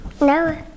No